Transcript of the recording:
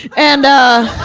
and ah.